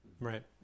right